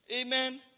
amen